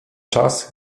czas